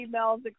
emails